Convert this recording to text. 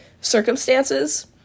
circumstances